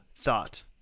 thought